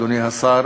אדוני השר,